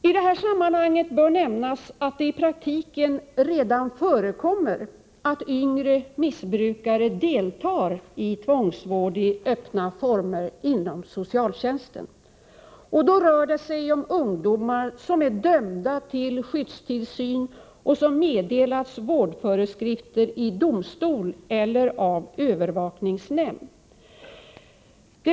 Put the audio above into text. I sammanhanget bör nämnas att det i praktiken redan förekommer att yngre missbrukare deltar i ”tvångsvård” i öppna former inom socialtjänsten. Det rör sig då om ungdomar som är dömda till skyddstillsyn och som meddelats vårdföreskrifter i domstol eller av övervakningsnämnd.